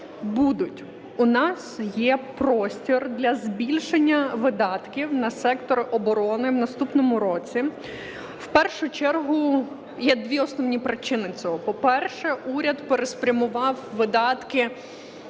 будуть. У нас є простір для збільшення видатків на сектор оборони в наступному році, в першу чергу є дві основні причини цього. По-перше, уряд переспрямував видатки,